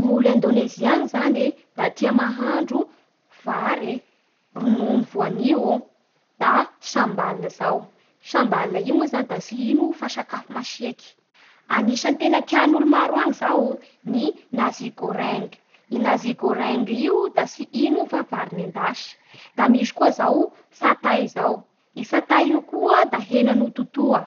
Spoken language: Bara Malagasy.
Ny ilo Indonezia any zany e, da tia mahandro vary e, ronono voanio ô, da shambala zao e Shambala io moa zany da tsy igno fa sakafo masiaky